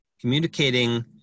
communicating